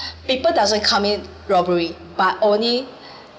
people doesn't come in robbery but only